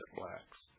blacks